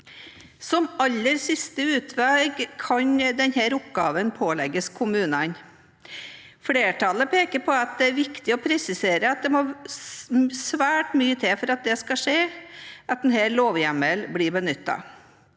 Som aller siste utvei kan denne oppgaven pålegges kommunene. Flertallet peker på at det er viktig å presisere at det må svært mye til for at denne lovhjemmelen skal bli benyttet.